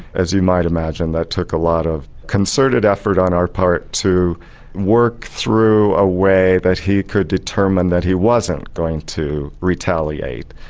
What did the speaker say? as you might imagine that took a lot of concerted effort on our part to work through a way that he could determine that he wasn't going to retaliate.